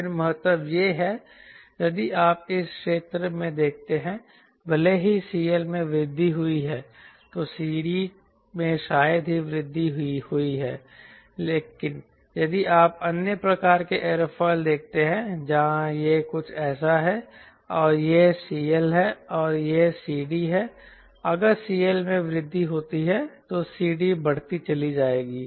फिर महत्व यह है यदि आप इस क्षेत्र में देखते हैं भले ही CL में वृद्धि हुई है तो CD में शायद ही वृद्धि हुई है लेकिन यदि आप अन्य प्रकार के एयरफॉइल देखते हैं जहां यह कुछ ऐसा है और यह CL है और यह CD है अगर CL में वृद्धि होती है तो CD बढ़ती चली जाएगी